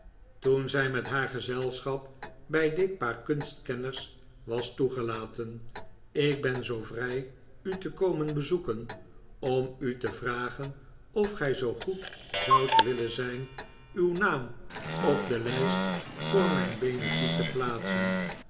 toen zij met haar gezelschap bij dit paar kunstkenners was toegelaten ik ben zoo vrij u te komen bezoeken om u te vragen of gij zoo goed zoudt willen zijn uw naam op de lijst voor mijn benefiet te plaatsen